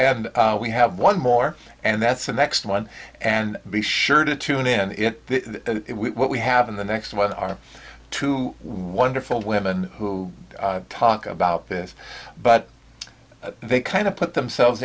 and we have one more and that's the next one and be sure to tune in what we have in the next one are two wonderful women who talk about this but they kind of put themselves